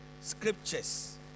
Scriptures